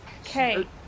Okay